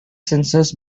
census